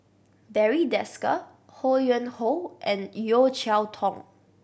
Barry Desker Ho Yuen Hoe and Yeo Cheow Tong